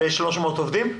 ו-300 עובדים?